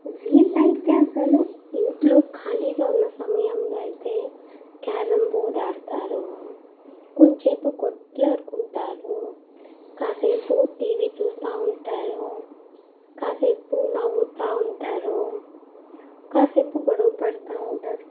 వీళ్ళయితే అసలు ఇంట్లో ఖాళీగా ఉన్న సమయంలో అయితే క్యారం బోర్డ్ ఆడుతారు కొంచేపు కొట్లాడుకుంటారు కాసేపు టీవీ చూస్తూ ఉంటారు కాసేపు నవ్వుతూ ఉంటారు కాసేపు గొడవ పడుతూ ఉంటారు